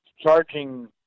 charging